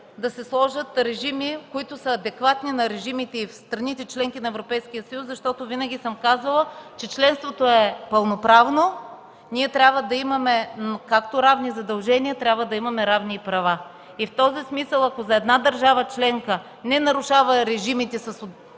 да се сложат режими, които са адекватни на режимите в страните – членки на Европейския съюз. Винаги съм казвала, че членството е пълноправно, ние трябва да имаме както равни задължения, така трябва да имаме и равни права. В този смисъл, ако една държава членка не нарушава режимите с определени